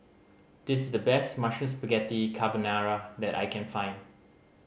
this is the best Mushroom Spaghetti Carbonara that I can find